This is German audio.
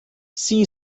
sie